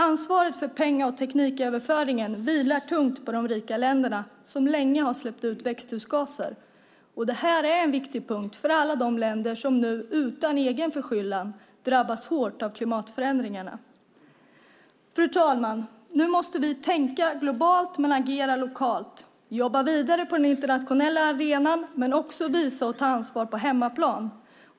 Ansvaret för penga och tekniköverföringen vilar tungt på de rika länderna som länge har släppt ut växthusgaser. Det här är en viktig punkt för alla de länder som nu utan egen förskyllan drabbas hårt av klimatförändringarna. Fru talman! Nu måste vi tänka globalt men agera lokalt. Vi måste jobba vidare på den internationella arenan men också visa och ta ansvar på hemmaplan.